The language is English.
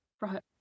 Right